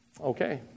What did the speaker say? Okay